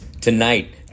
tonight